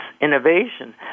innovation